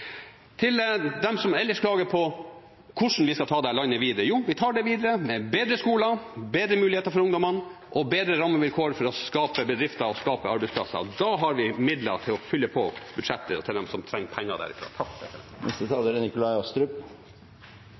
Til dem som ellers klager på hvordan vi skal ta landet videre: Jo, vi tar det videre med bedre skoler, bedre muligheter for ungdommene og bedre rammevilkår for å skape bedrifter og skape arbeidsplasser. Da har vi midler til å fylle på budsjettet og gi til dem som trenger penger